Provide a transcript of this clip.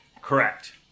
Correct